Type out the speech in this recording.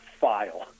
file